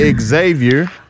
Xavier